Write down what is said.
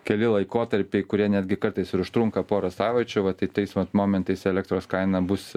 keli laikotarpiai kurie netgi kartais ir užtrunka porą savaičių va tai tais pat momentais elektros kaina bus